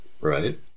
Right